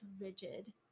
rigid